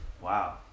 wow